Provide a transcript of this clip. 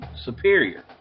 superior